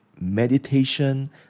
meditation